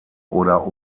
oder